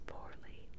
Poorly